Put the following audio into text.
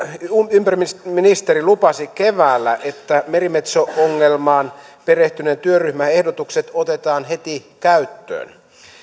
ympäristöministeri lupasi keväällä että merimetso ongelmaan perehtyneen työryhmän ehdotukset otetaan heti käyttöön